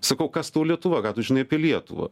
sakau kas tau lietuva ką tu žinai apie lietuvą